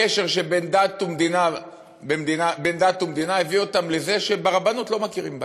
הקשר שבין דת למדינה הביא אותם לזה שברבנות לא מכירים בהם.